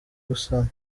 gusana